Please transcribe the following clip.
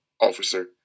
officer